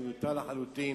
הוא מיותר לחלוטין,